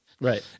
Right